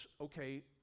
okay